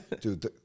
Dude